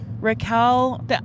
Raquel